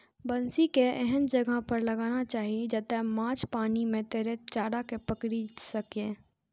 बंसी कें एहन जगह पर लगाना चाही, जतय माछ पानि मे तैरैत चारा कें पकड़ि सकय